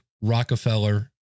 Rockefeller